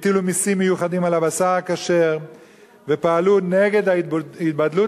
והטילו מסים מיוחדים על הבשר הכשר ופעלו נגד ההתבדלות